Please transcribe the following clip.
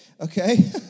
okay